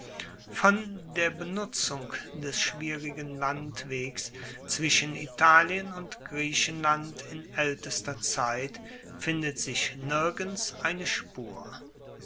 von der benutzung des schwierigen landwegs zwischen italien und griechenland in aeltester zeit findet sich nirgends eine spur